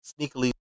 sneakily